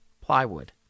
plywood